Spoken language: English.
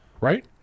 Right